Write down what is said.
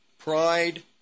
Pride